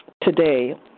today